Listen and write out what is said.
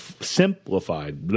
simplified